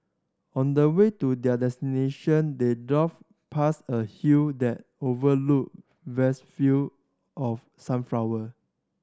on the way to their destination they drove past a hill that overlooked vast field of sunflower